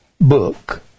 book